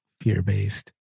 fear-based